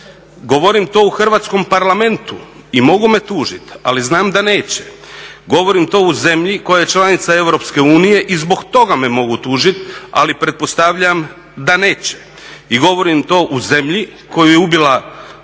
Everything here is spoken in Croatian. Govorim to u hrvatskom Parlamentu i mogu me tužiti, ali znam da neće. Govorim to u zemlji koja je članica EU i zbog toga me mogu tužiti, ali pretpostavljam da neće. I govorim to u zemlji koju je ubila korupcija,